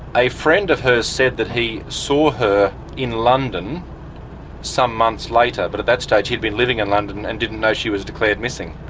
a friend of hers said that he saw her in london some months later, but at that stage he'd been living in london and didn't know she was declared missing.